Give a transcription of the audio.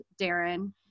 Darren